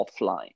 offline